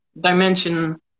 dimension